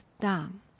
down